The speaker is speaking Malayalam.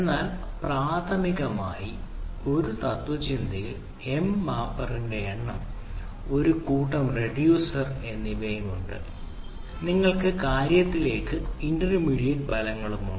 എന്നാൽ പ്രാഥമികമായി ഒരു തത്ത്വചിന്തയിൽ M മാപ്പറിന്റെ എണ്ണം ഒരു കൂട്ടം റിഡ്യൂസർ എന്നിവയുണ്ട് നിങ്ങൾക്ക് കാര്യത്തിലേക്ക് ഇന്റർമീഡിയറ്റ് ഫലങ്ങൾ ഉണ്ട്